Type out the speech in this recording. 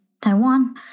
Taiwan